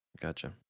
Gotcha